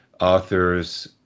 authors